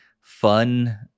fun